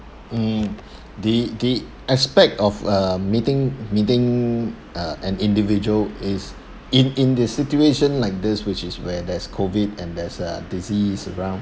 mm the the aspect of uh meeting meeting uh an individual is in in the situation like this which is where there's COVID and there's uh disease around